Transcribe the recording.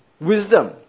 wisdom